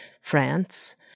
France